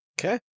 Okay